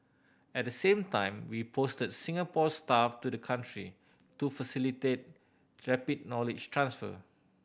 at the same time we posted Singapore staff to the country to facilitate rapid knowledge transfer